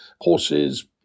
horses